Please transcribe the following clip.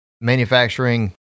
manufacturing